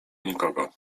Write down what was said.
nikogo